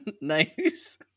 Nice